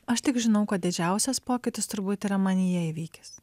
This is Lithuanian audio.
aš tik žinau kad didžiausias pokytis turbūt yra manyje įvykęs